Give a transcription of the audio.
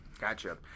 Gotcha